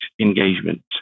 engagement